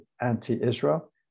anti-Israel